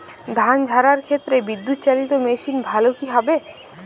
ধান ঝারার ক্ষেত্রে বিদুৎচালীত মেশিন ভালো কি হবে?